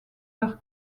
leurs